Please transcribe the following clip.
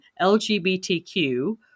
LGBTQ